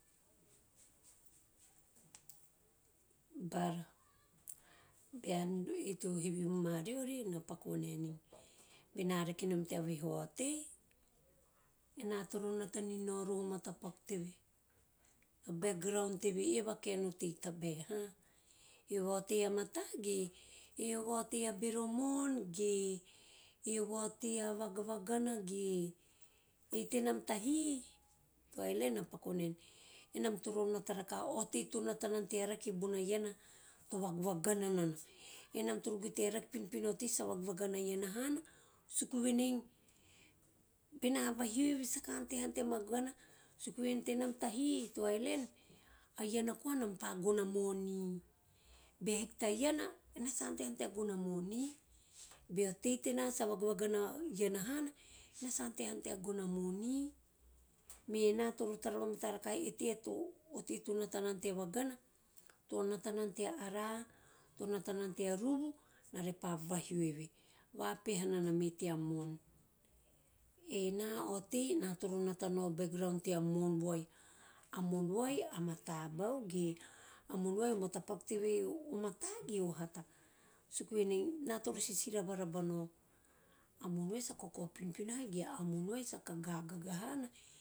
Bara! Bean, ei to hivi vomariori, ei na paku vonaenei, tea vihu a otei, ena toro nata ni nao roho o matapaku teve, a background teve. Eve a kaen otei tabae. Eve a otei a mata ge? Eve a otei a bero mo`on ge? Eve a otei a vagavagana ge? Ei tenam tahi, teo island na paku vonen, enam toro nata rakaha a otei to nata nana tea rake bona iana, to vagavagana nana, enam toro guetea rake pinopino a otei to saka vagagavana hana suku venei, bena vahio eve, saka ante hana tea vagana suku venei tenam tahi teo island, a iana koa enam pa gono a moni, bea hiki ta iana enam sa ante hanom tea gono a moni. Bea otei tena sa vagavagana iana hana, ena ante hanom tea gono a moni, me ena toro taravamata rakaha e teie a otei to nata noma tea vagana, to nata nana tea ara`a, to nata nana tea ruvu ena repa vahio eve, vapeha nana me tea mo`on. Ena a otei na toro nata nao o background tea mo`on vai. A mo`on voi suku venei ena toroo sisira varaba nao, a mo`on vai sa kakapinopino hana ge a mo`on vai sa ga`aga hana?